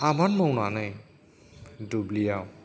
आबाद मावनानै दुब्लिआव